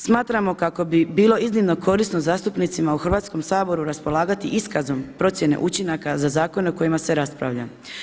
Smatramo kako bi bilo iznimno korisno zastupnicima u Hrvatskom saboru raspolagati iskazom procjene učinaka za zakone o kojima se raspravlja.